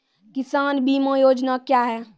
किसान बीमा योजना क्या हैं?